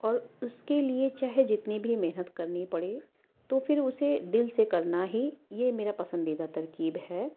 اور اس کے لیے چاہے جتنی بھی محنت کرنی پڑے تو پھر اسے دل سے کرنا ہی یہ میرا پسندیدہ ترکیب ہے